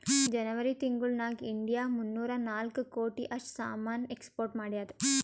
ಜನೆವರಿ ತಿಂಗುಳ್ ನಾಗ್ ಇಂಡಿಯಾ ಮೂನ್ನೂರಾ ನಾಕ್ ಕೋಟಿ ಅಷ್ಟ್ ಸಾಮಾನ್ ಎಕ್ಸ್ಪೋರ್ಟ್ ಮಾಡ್ಯಾದ್